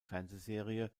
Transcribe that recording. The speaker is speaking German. fernsehserie